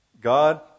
God